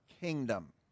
kingdom